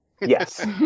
Yes